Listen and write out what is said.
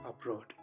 abroad